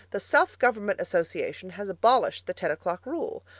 the self-government association has abolished the ten o'clock rule.